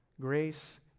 Grace